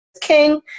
King